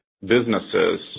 businesses